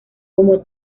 como